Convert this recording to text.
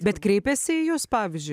bet kreipėsi į jus pavyzdžiui